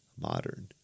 Modern